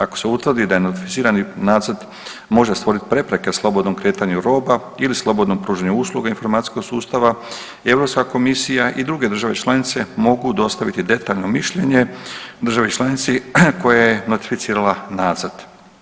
Ako se utvrdi da je notificirani nacrt može stvoriti prepreke slobodnom kretanju roba ili slobodnom pružanju usluga informacijskog sustava Europska komisija i druge države članice mogu dostaviti detaljno mišljenje državi članici koja je notificirala nacrt.